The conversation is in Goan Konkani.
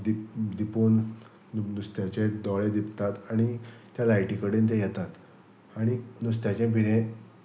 दिप दिपोवन नुस्त्याचे दोळे दिपतात आनी त्या लायटी कडेन ते येतात आनी नुस्त्याचें भिरें